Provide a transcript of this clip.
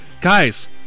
guys